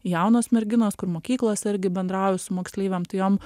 jaunos merginos kur mokyklose irgi bendrauju su moksleivėm tai jom